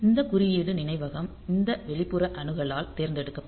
இந்த குறியீட்டு நினைவகம் இந்த வெளிப்புற அணுகலால் தேர்ந்தெடுக்கப்படும்